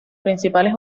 principales